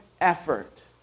effort